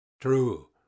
true